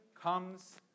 comes